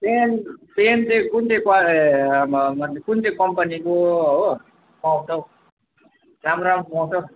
pain pen चाहिँ कुन चाहिँ मतलब कुन चाहिँ कम्पनीको हो पाउँछ हौ राम्रो राम्रो पाउँछ